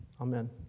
Amen